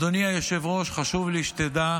אדוני היושב-ראש, חשוב לי שתדע,